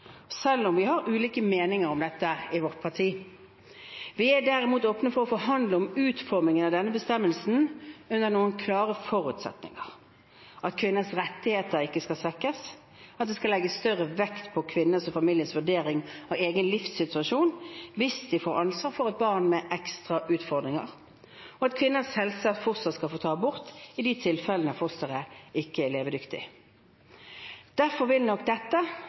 selv om vi har ulike meninger om dette i vårt parti. Vi er derimot åpne for å forhandle om utformingen av denne bestemmelsen, under noen klare forutsetninger: at kvinners rettigheter ikke skal svekkes, at det skal legges større vekt på kvinnens og familiens vurdering av egen livssituasjon hvis de får ansvar for et barn med ekstra utfordringer, og at kvinner selvsagt fortsatt skal få ta abort i de tilfellene fosteret ikke er levedyktig. Derfor vil nok dette,